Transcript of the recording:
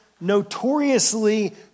notoriously